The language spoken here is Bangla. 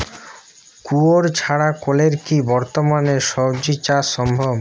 কুয়োর ছাড়া কলের কি বর্তমানে শ্বজিচাষ সম্ভব?